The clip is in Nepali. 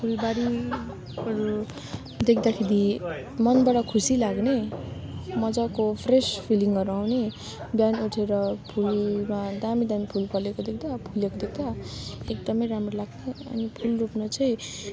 फुलबारीहरू देख्दाखेरि मनबाट खुसी लाग्ने मजाको फ्रेस फिलिङहरू आउने बिहान उठेर फुल वा दामी दामी फुल फलेको देख्दा फुलेको देख्दा एकदमै राम्रो लाग्छ अनि फुल रोप्नु चाहिँ